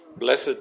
Blessed